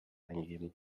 eingeben